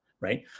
right